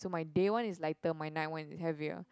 so my day one is lighter my night one is heavier